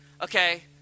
Okay